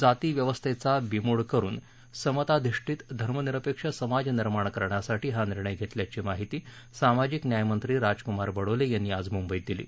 जाती व्यवस्थेचा बिमोड करुन ्समताधिष्टीत धर्मनिरपेक्ष समाज निर्माण करण्यासाठी हा निर्णय घेतल्याची माहिती सामाजिक न्यायमंत्री राजकूमार बडोले यांनी आज मुंबईत दिली